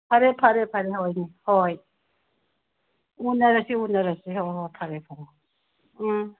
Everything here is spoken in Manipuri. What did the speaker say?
ꯐꯔꯦ ꯐꯔꯦ ꯐꯔꯦ ꯍꯣꯏꯅꯦ ꯍꯣꯏ ꯎꯅꯔꯁꯦ ꯎꯅꯔꯁꯦ ꯍꯣꯏ ꯍꯣꯏ ꯐꯔꯦ ꯐꯔꯦ ꯎꯝ